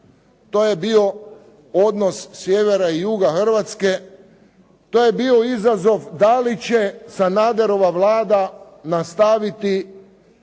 to je bio odnos sjevera i juga Hrvatske, to je bio izazov da li će Sanaderova Vlada nastaviti